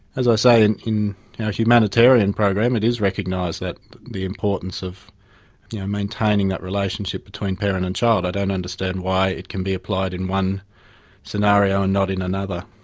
as i say, in in our humanitarian program it is recognised, the importance of maintaining that relationship between parent and child. i don't understand why it can be applied in one scenario and not in another.